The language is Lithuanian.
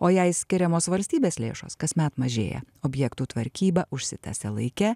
o jai skiriamos valstybės lėšos kasmet mažėja objektų tvarkyba užsitęsia laike